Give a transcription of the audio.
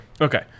okay